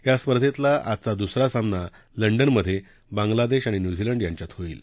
या स्पर्धेतला आजचा दुसरा सामना लंडनमधे बांगला देश आणि न्यूझीलंड यांच्यात होईल